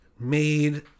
made